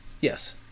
Yes